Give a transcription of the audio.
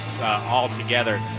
altogether